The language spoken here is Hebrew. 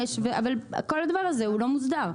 אבל כל הדבר הוא לא מוסדר,